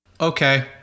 Okay